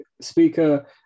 speaker